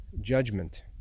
judgment